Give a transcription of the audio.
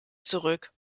zurück